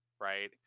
right